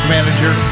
Manager